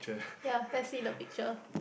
ya let's see the picture